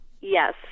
Yes